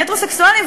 ההטרוסקסואלים,